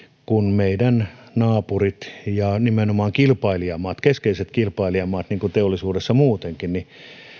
kun meidän naapurit ja nimenomaan keskeiset kilpailijamaat niin kuin teollisuudessa muutenkin